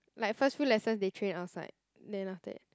like first few lessons they train outside then after that